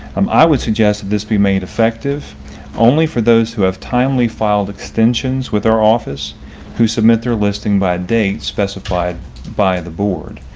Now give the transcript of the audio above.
um i would suggest that this be made effective only for those who have timely filed extensions with our office who submit their listing by date specified by the board.